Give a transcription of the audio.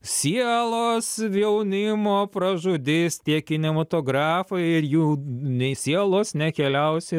sielos jaunimo pražudys tie kinematografai ir jų nei sielos nekeliaus į